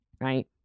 Right